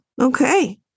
okay